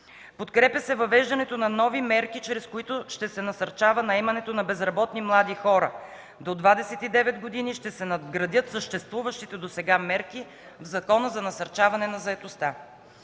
Подкрепя се въвеждането на нови мерки, чрез които ще се насърчава наемането на безработни млади хора до 29 години и ще се надградят съществуващите досега мерки в Закона за насърчаване на заетостта.